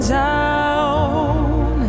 down